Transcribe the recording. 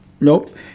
Nope